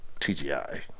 TGI